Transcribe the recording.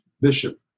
bishop